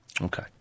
Okay